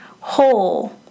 whole